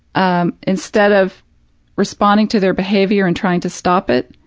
um instead of responding to their behavior and trying to stop it,